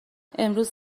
امروز